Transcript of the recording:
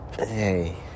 Hey